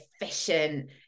efficient